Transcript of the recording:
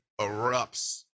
erupts